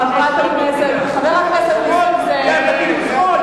חבר הכנסת נסים זאב.